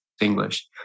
english